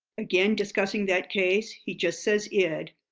again discussing that ncase, he just says id,